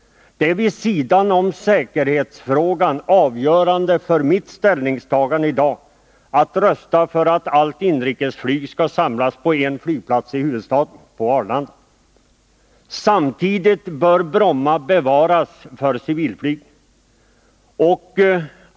Vid sidan av säkerhetsfrågan är detta avgörande för mitt ställningstagande i dag att rösta för att allt inrikesflyg samlas på en flygplats i huvudstaden — på Arlanda. Samtidigt bör Bromma flygplats bevaras för civilflyg.